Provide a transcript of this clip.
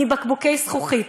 מבקבוקי זכוכית.